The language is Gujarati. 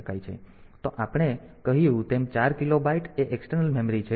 તો આપણે કહ્યું તેમ 4 કિલોબાઈટ એ એક્સટર્નલ મેમરી છે